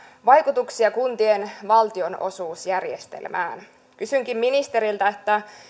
vaikutuksia kuntien valtionosuusjärjestelmään kysynkin ministeriltä